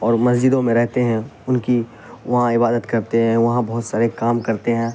اور مسجدوں میں رہتے ہیں ان کی وہاں عبادت کرتے ہیں وہاں بہت سارے کام کرتے ہیں